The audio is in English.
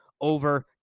over